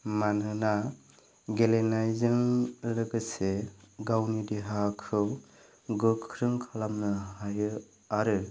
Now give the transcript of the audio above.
मानोना गेलेनायजों लोगोसे गावनि देहाखौ गोख्रों खालामनो हायो आरो